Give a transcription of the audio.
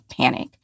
panic